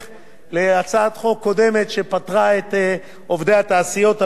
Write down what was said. שפטרה את עובדי התעשיות הביטחוניות מהקופה הציבורית.